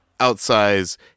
outsize